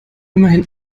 immerhin